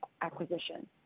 acquisition